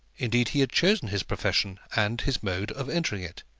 indeed he had chosen his profession, and his mode of entering it.